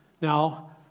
Now